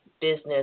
business